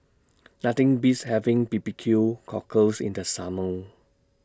Nothing Beats having B B Q Cockles in The Summer